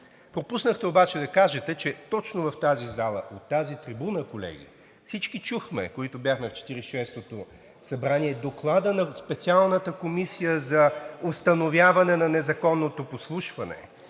Пропуснахте обаче да кажете, че точно в тази зала, от тази трибуна, колеги, всички чухме, които бяхме в Четиридесет и шестото събрание, Доклада на Специалната комисия за установяване на незаконно подслушване